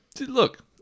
look